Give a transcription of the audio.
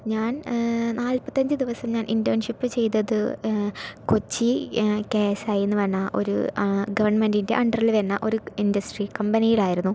ഞാൻ നാല്പത്തഞ്ച് ദിവസം ഞാൻ ഇൻറ്റെൺഷിപ് ചെയ്തത് കൊച്ചി കെ എസ് ഐ എന്ന് പറഞ്ഞാൽ ഒരു ഗവൺമെൻറ്റിൻ്റെ അണ്ടെറിൽ വരുന്ന ഒരു ഇൻഡസ്ടറി കമ്പനിയിൽ ആയിരുന്നു